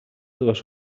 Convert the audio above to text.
dues